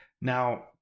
Now